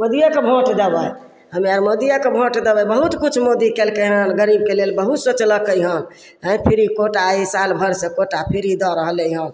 मोदियेके vote देबय हमे आर मोदियेके वोट देबय बहुत किछु मोदी केलकै हन गरीबके लेल बहुत सोचलकै हन हइ फ्री कोटा आइ साल भरिसँ कोटा फ्री दऽ रहलैहँ